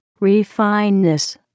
refineness